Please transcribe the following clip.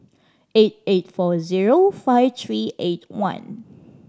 eight eight four zero five three eight one